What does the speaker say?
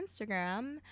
instagram